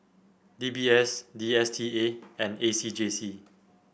D B S D S T A and A C J C